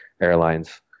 airlines